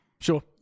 Sure